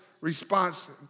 response